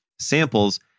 samples